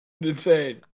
Insane